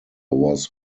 was